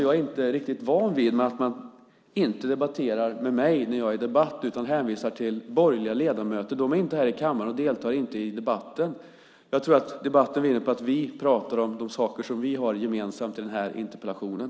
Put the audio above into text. Jag är inte riktigt van vid att man inte debatterar med mig när jag deltar i debatten utan hänvisar till borgerliga ledamöter. De är inte här i kammaren, och de deltar inte i debatten. Jag tror att debatten vinner på att vi pratar om de saker som vi har gemensamt i den här interpellationen.